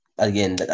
Again